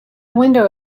window